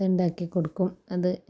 അത് ഉണ്ടാക്കി കൊടുക്കും അത്